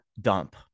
dump